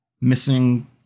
missing